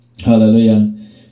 hallelujah